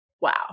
Wow